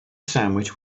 sandwich